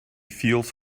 feels